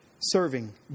serving